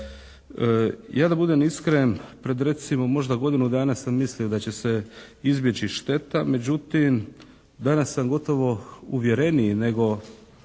Ja da budem iskren pred recimo možda godinu dana sam mislio da će se izbjeći šteta međutim, danas sam gotovo uvjereniji nego